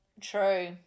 True